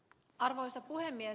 arvoisa puhemies